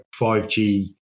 5G